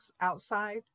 outside